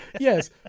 Yes